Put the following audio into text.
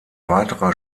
weiterer